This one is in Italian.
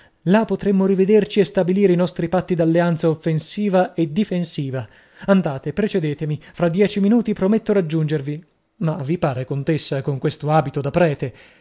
là potremo rivederci e stabilire i nostri patti d'alleanza offensiva e difensiva andate precedetemi fra dieci minuti prometto raggiungervi ma vi pare contessa con questo abito da prete